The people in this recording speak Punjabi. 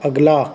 ਅਗਲਾ